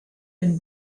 been